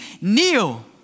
kneel